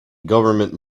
government